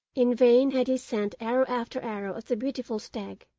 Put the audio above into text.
in vain had he sent arrow after arrow at the beautiful stag.